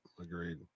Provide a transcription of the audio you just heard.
agreed